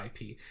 IP